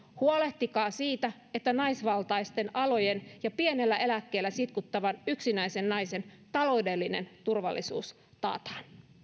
huolehtikaa siitä että naisvaltaisten alojen ja pienellä eläkkeellä sitkuttavan yksinäisen naisen taloudellinen turvallisuus taataan